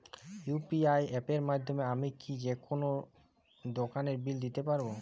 UPI অ্যাপের মাধ্যমে আমি কি যেকোনো দোকানের বিল দিতে পারবো?